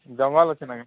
ଜଙ୍ଗଲ ଅଛି ନା କେ